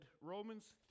Romans